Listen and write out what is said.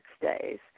days